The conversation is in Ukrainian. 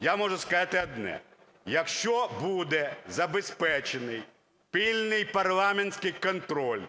я можу сказати одне. Якщо буде забезпечений пильний парламентський контроль